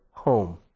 home